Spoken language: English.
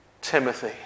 Timothy